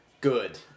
good